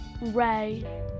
Ray